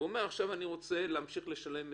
והוא אומר שעכשיו הוא רוצה להמשיך ולשלם מסודר.